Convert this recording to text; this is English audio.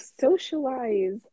socialize